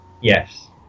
Yes